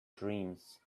dreams